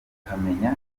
bakamenya